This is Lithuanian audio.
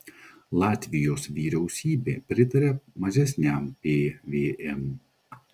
latvijos vyriausybė pritarė mažesniam pvm